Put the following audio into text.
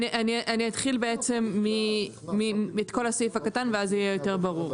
אני אתחיל בעצם את כל הסעיף הקטן וזה יהיה יותר ברור.